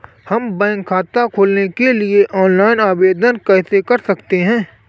हम बैंक खाता खोलने के लिए ऑनलाइन आवेदन कैसे कर सकते हैं?